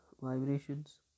vibrations